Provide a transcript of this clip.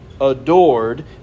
adored